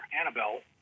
Annabelle